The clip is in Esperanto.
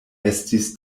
estis